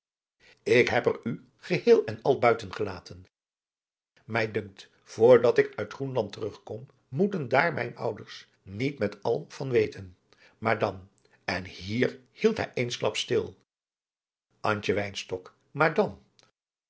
ik heb er u geheel en al buiten gelaten mij dunkt voor dat ik uit groenland terugkom moeten daar mijn ouders niet met al van weten maar dan en hier hield hij eensklaps stil